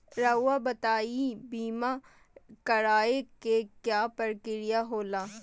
रहुआ बताइं बीमा कराए के क्या प्रक्रिया होला?